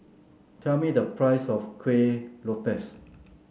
tell me the price of Kuih Lopes